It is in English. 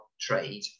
trade